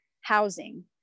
housing